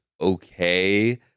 okay